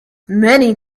many